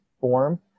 form